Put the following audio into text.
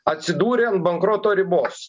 atsidūrė ant bankroto ribos